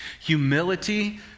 Humility